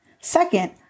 Second